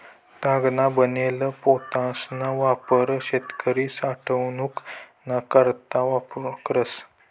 तागना बनेल पोतासना वापर शेतकरी साठवनूक ना करता करस